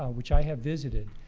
ah which i have visited,